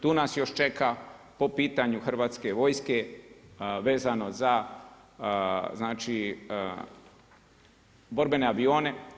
Tu nas još čeka po pitanju Hrvatske vojske vezano za, znači borbene avione.